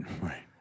right